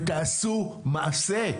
תעשו מעשה.